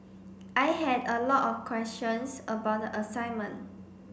I had a lot of questions about the assignment